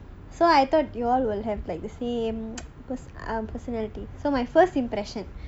so I thought you all will have like the same um personality so my first impression